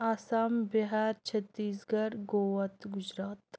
Assam Bihar Chhattisgarh Goa تہٕ گُجرات